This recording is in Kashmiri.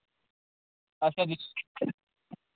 اَچھا دِس